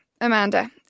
Amanda